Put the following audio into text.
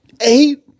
Eight